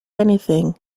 anything